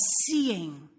seeing